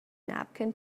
napkin